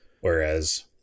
Whereas